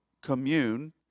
commune